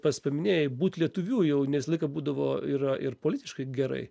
pats paminėjai būt lietuviu jau ne visą laiką būdavo yra ir politiškai gerai